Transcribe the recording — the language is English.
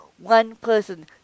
one-person